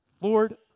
Lord